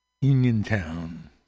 Uniontown